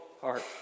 heart